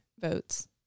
votes